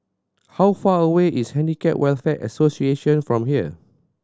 how far away is Handicap Welfare Association from here